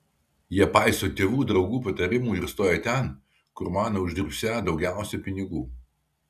jie paiso tėvų draugų patarimų ir stoja ten kur mano uždirbsią daugiausiai pinigų